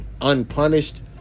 unpunished